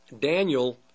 Daniel